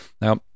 Now